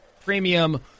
premium